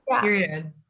Period